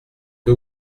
que